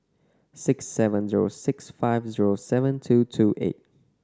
six seven zero six five zero seven two two eight